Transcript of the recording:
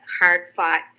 hard-fought